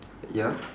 ya